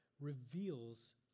reveals